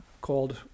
called